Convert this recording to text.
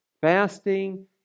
Fasting